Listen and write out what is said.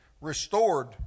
restored